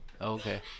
Okay